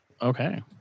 Okay